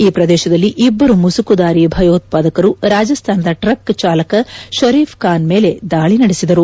ಈ ಪ್ರದೇಶದಲ್ಲಿ ಇಬ್ಲರು ಮುಸುಕುದಾರಿ ಭಯೋತ್ವಾದಕರು ರಾಜಸ್ಥಾನದ ಟ್ರಕ್ ಚಾಲಕ ಷರೀಘ್ಖಾನ್ ಮೇಲೆ ದಾಳಿ ನಡೆಸಿದರು